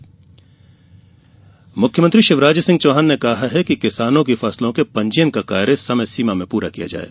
फसल पंजीयन मुख्यमंत्री शिवराज सिंह चौहान ने कहा है कि किसानों की फसलों के पंजीयन का कार्य समय सीमा में पूरा किया जाये